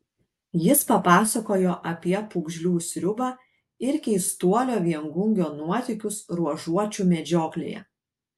jis papasakojo apie pūgžlių sriubą ir keistuolio viengungio nuotykius ruožuočių medžioklėje